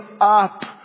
up